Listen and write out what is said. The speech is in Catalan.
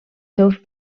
seus